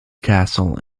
castle